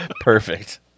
Perfect